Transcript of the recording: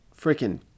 freaking